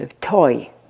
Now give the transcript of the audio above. toy